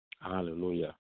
hallelujah